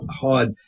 hard